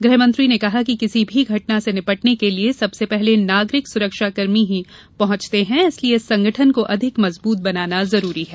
गृहमंत्री ने कहा कि किसी भी घटना से निपटने के लिए सबसे पहले नागरिक सुरक्षाकर्मी ही पहुंचते हैं इसलिए इस संगठन को अधिक मजबूत बनाना जरूरी है